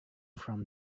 from